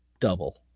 double